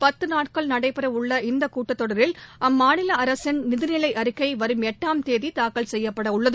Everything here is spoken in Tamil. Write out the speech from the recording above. பத்துநாட்கள் நடைபெறவுள்ள இந்தகூட்டத்தொடரில் அம்மாநிலஅரசின் நிதிநிலைஅறிக்கைவரும் எட்டாம் தேதிதாக்கல் செய்யப்படவுள்ளது